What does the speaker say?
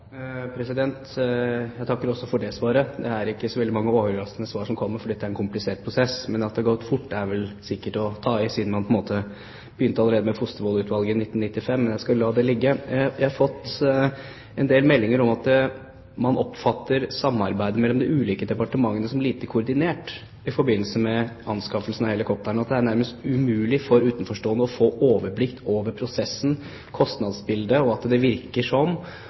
Jeg takker også for det svaret. Det er ikke så veldig mange overraskende svar som kommer, for dette er en komplisert prosess. At det har gått fort, er vel å ta i, siden man på en måte begynte allerede med Fostervoll-utvalget i 1995. Men jeg skal la det ligge. Jeg har fått en del meldinger om at man oppfatter samarbeidet mellom de ulike departementene som lite koordinert i forbindelse med anskaffelsen av helikoptrene. Det er nærmest umulig for utenforstående å få overblikk over prosessen og kostnadsbildet, og det virker som